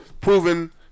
proven